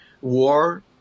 war